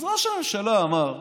אז ראש הממשלה אמר,